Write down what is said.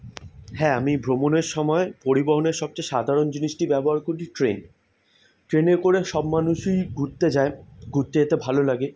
হ্যাঁ আমি ভ্রমণের সময় পরিবহনের সবচেয়ে সাধারণ জিনিসটি ব্যবহার করি ট্রেন ট্রেনে করে সব মানুষই ঘুরতে যায় ঘুরতে যেতে ভালো লাগে